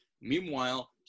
Meanwhile